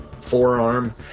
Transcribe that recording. forearm